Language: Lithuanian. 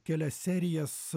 kelias serijas